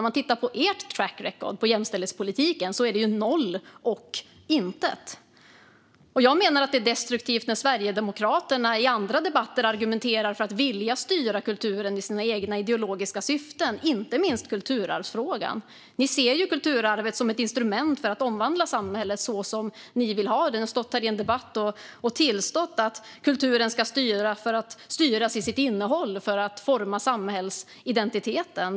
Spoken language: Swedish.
Ert track record när det gäller jämställhetspolitiken är ju noll och intet. Jag menar att det är destruktivt när Sverigedemokraterna i andra debatter argumenterar för att vilja styra kulturen i sina egna ideologiska syften, inte minst när det gäller kulturarvsfrågan. Ni ser ju kulturarvet som ett instrument för att omvandla samhället som ni vill ha det. Ni har stått här i en debatt och tillstått att kulturen ska styras till sitt innehåll för att forma samhällsidentiteten.